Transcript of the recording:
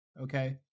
okay